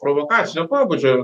provokacinio pobūdžio